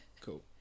Cool